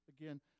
Again